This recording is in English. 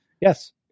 Yes